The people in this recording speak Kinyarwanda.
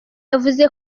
yavuze